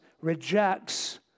rejects